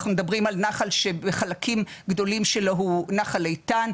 אנחנו מדברים על נחל שבחלקים גדולים שלו הוא נחל איתן,